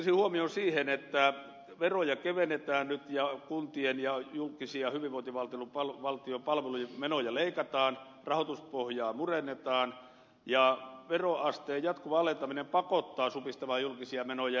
kiinnittäisin huomion siihen että veroja kevennetään nyt ja kuntien ja julkisia hyvinvointivaltion palvelujen menoja leikataan rahoituspohjaa murennetaan ja veroasteen jatkuva alentaminen pakottaa supistamaan julkisia menoja